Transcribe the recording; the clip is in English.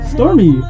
Stormy